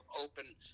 open